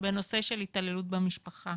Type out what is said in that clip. בנושא של התעללות במשפחה,